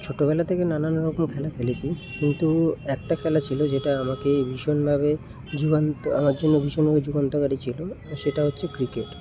ছোটোবেলা থেকে নানান রকম খেলা খেলেছি কিন্তু একটা খেলা ছিলো যেটা আমাকে ভীষণভাবে যুগান্ত আমার জন্য ভীষণভাবে যুগান্তকারী ছিলো সেটা হচ্ছে ক্রিকেট